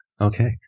Okay